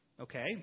Okay